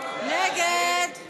תקציבי 89,